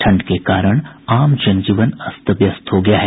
ठंड के कारण आम जनजीवन अस्त व्यस्त हो गया है